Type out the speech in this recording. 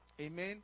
Amen